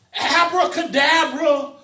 abracadabra